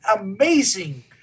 amazing